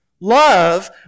Love